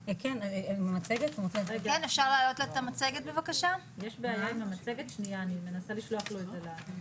לגעת או לגעת אנחנו מרגישים שאנחנו מאוד נוגעים בחינוך החרדי,